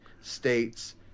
states